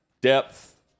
depth